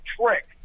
trick